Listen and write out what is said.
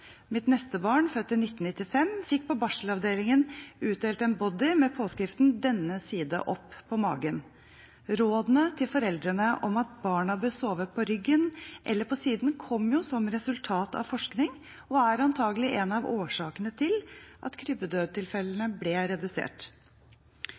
Mitt neste barn, født i 1995, fikk på barselavdelingen utdelt en body med påskriften «denne side opp» på magen. Rådene til foreldrene om at barna bør sove på ryggen eller på siden, kom som resultat av forskning og er antakelig en av årsakene til at